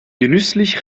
genüsslich